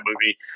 movie